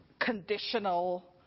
conditional